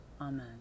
Amen